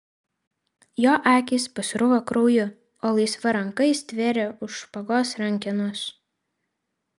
jo akys pasruvo krauju o laisva ranka jis stvėrė už špagos rankenos